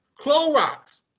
Clorox